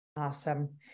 Awesome